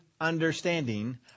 understanding